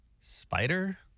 Spider